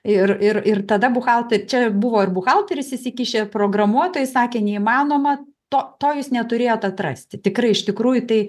ir ir ir tada buhalt čia buvo ir buhalteris įsikišę ir programuotojai sakė neįmanoma to to jūs neturėjot atrasti tikrai iš tikrųjų tai